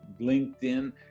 LinkedIn